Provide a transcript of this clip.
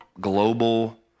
global